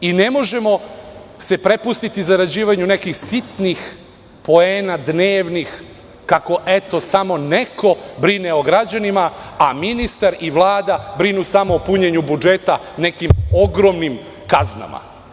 Ne možemo se prepustiti zarađivanju nekih sitnih poena, dnevnih, kako eto, tamo neko brine o građanima, a ministar i Vlada brinu samo o punjenju budžeta, nekim ogromnim kaznama.